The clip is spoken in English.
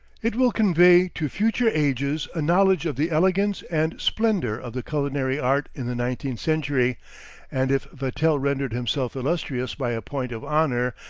it will convey to future ages a knowledge of the elegance and splendor of the culinary art in the nineteenth century and if vatel rendered himself illustrious by a point of honor,